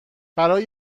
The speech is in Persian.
برای